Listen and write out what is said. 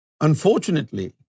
Unfortunately